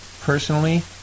personally